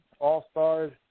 All-Stars